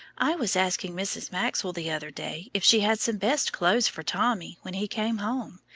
i was asking mrs. maxwell the other day if she had some best clothes for tommy when he came home,